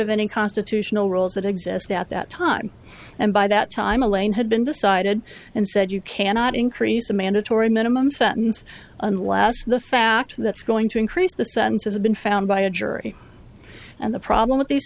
of any constitutional rules that exist at that time and by that time elaine had been decided and said you cannot increase the mandatory minimum sentence unless the fact that's going to increase the sentences have been found by a jury and the problem with the